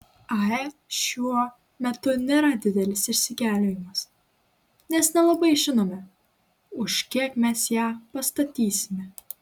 ae šiuo metu nėra didelis išsigelbėjimas nes nelabai žinome už kiek mes ją pastatysime